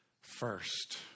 first